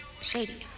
shady